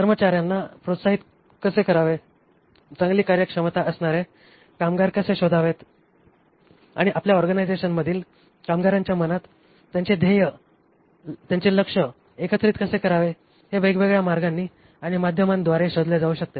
कामगारांना प्रोत्साहित कसे करावे चांगली कार्यक्षमता असणारे कामगार कसे शोधावेत आणि आपल्या ऑर्गनायझेशनमधील कामगारांच्या मनात त्यांचे लक्ष्य ध्येय एकत्रित कसे करावे हे वेगवेगळ्या मार्गांनी आणि माध्यमांद्वारे शोधले जाऊ शकते